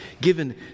given